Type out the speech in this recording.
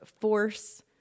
force